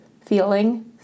feeling